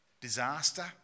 Disaster